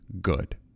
good